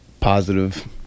positive